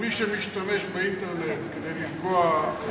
שמי שמשתמש באינטרנט כדי לפגוע,